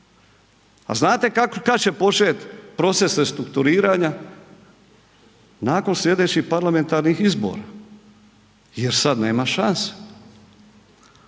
A znate kada će početi proces restrukturiranja? Nakon sljedećih parlamentarnih izbora jer sada nema šanse.